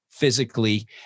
physically